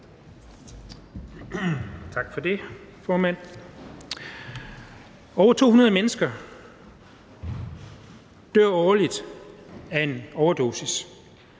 Over 200 mennesker dør årligt af en overdosis.